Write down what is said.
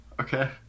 okay